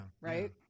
Right